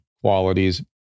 qualities